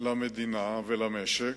למדינה ולמשק,